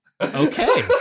okay